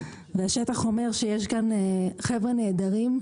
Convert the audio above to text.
השטח אומר שיש כאן חבר'ה נהדרים,